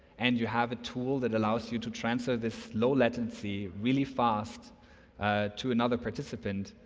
and you have a tool that allows you to translate this low latency really fast to another participant,